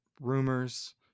Rumors